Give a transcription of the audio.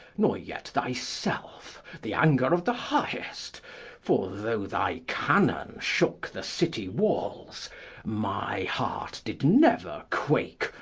nor yet thyself, the anger of the highest for, though thy cannon shook the city-walls, my heart did never quake,